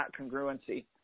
congruency